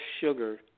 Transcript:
sugar